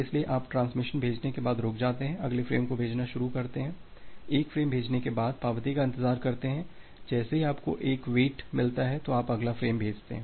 इसलिए आप ट्रांसमिशन भेजने के बाद रुक जाते हैं अगले फ्रेम को भेजना शुरू करते हैं एक फ्रेम भेजने के बाद पावती का इंतजार करते हैं जैसे ही आपको एक वेट मिलता है तो आप अगला फ्रेम भेजते हैं